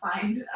find